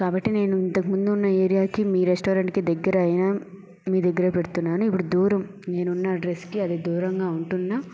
కాబట్టి నేను ఇంతకు ముందు ఉన్న ఏరియా కి మీ రెస్టారెంట్ కి దగ్గరైన మీ దగ్గరే పెడుతున్నాను ఇప్పుడు దూరం నేను ఉన్న అడ్రస్ కి అది దూరంగా ఉంటున్నాను